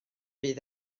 bydd